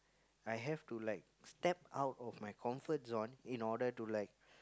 I have to like step out of my comfort zone in order to like